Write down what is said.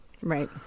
Right